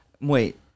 Wait